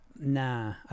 nah